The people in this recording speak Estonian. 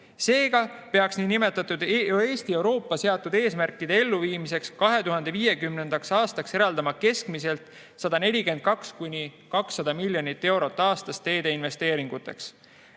Seega peaks Eesti Euroopa seatud eesmärkide elluviimiseks 2050. aastaks eraldama keskmiselt 142–200 miljonit eurot aastas teeinvesteeringuteks.